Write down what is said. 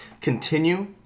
continue